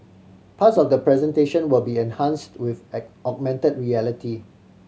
parts of the presentation will be enhanced with an augmented reality